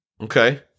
Okay